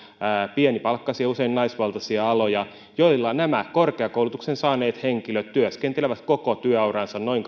pienipalkkaisia ja usein naisvaltaisia aloja joilla nämä korkeakoulutuksen saaneet henkilöt työskentelevät koko työuransa noin